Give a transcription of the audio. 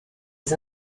des